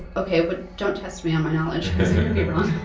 ah okay but don't test me on my knowledge, because i could be wrong.